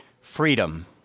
Freedom